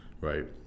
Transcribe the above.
right